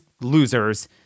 losers